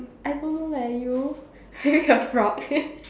I don't know lah you I think you're frog